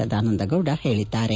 ಸದಾನಂದ ಗೌಡ ಹೇಳಿದ್ದಾರೆ